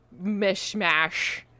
mishmash